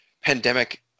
pandemic